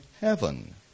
heaven